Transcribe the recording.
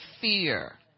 fear